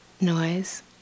noise